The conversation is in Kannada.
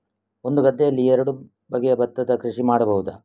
ಒಂದು ಗದ್ದೆಯಲ್ಲಿ ಎರಡು ಬಗೆಯ ಭತ್ತದ ಕೃಷಿ ಮಾಡಬಹುದಾ?